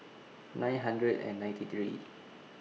nine hundred and ninety three